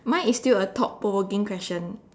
mine is still a thought provoking question